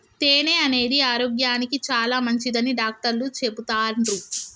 తేనె అనేది ఆరోగ్యానికి చాలా మంచిదని డాక్టర్లు చెపుతాన్రు